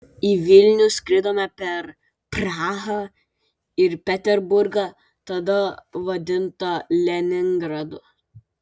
į vilnių skridome per prahą ir peterburgą tada vadintą leningradu